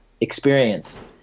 experience